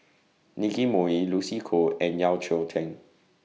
Nicky Moey Lucy Koh and Yeo Cheow Tong